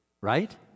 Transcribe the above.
right